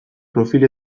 profil